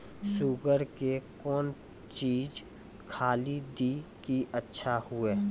Sugar के कौन चीज खाली दी कि अच्छा हुए?